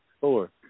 Four